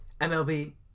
MLB